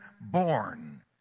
born